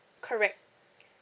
correct